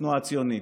בתנועה הציונית.